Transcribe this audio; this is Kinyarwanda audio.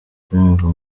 kuyumva